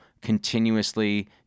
Continuously